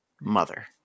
Mother